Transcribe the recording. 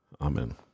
amen